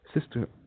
Sister